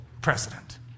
president